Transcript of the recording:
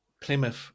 Plymouth